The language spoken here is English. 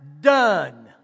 done